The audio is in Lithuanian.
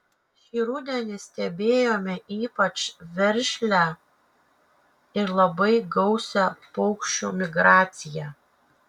šį rudenį stebėjome ypač veržlią ir labai gausią paukščių migraciją